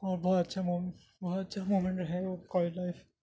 اور بہت اچھا موم بہت اچھا موومینٹ رہے وہ کالج لائف